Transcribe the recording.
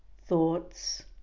thoughts